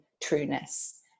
trueness